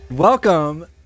Welcome